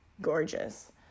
gorgeous